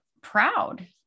proud